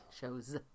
Shows